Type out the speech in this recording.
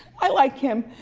i like him.